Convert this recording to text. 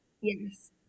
Yes